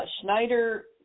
Schneider